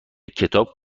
کتاب